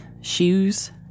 shoes